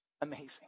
amazing